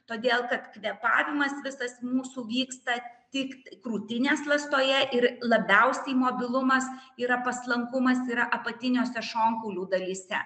todėl kad kvėpavimas visas mūsų vyksta tik krūtinės ląstoje ir labiausiai mobilumas yra paslankumas yra apatiniuose šonkaulių dalyse